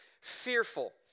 fearful